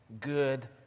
good